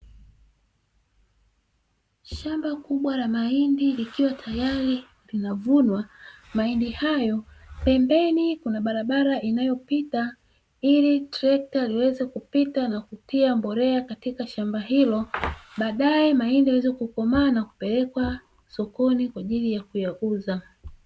Shamba kubwa la mahindi likiwa tayari linavunwa mahindi hayo, pembeni kuna barabara inayopita ili trekta liweze kupita na kutia mbolea katika shamba hilo baadaye mahindi yaweze kukomaa na kupelekwa sokoni kwa ajili ya kuyauza.